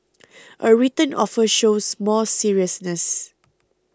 a written offer shows more seriousness